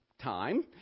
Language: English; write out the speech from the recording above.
time